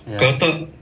ya